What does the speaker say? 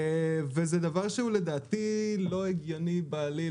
זה דבר שלדעתי לא הגיוני בעליל,